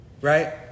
right